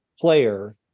player